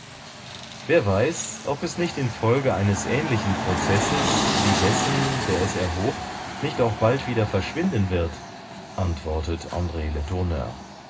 wer weiß ob es nicht in folge eines ähnlichen processes wie dessen der es erhob nicht auch bald wieder verschwinden wird antwortet andre